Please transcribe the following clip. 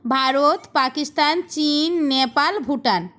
ভারত পাকিস্তান চীন নেপাল ভুটান